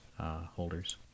holders